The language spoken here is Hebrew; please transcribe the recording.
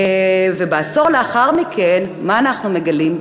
ועשור לאחר מכן, מה אנחנו מגלים?